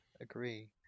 agree